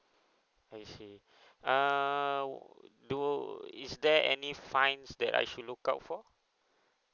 I see err do is there any fines that I should look out for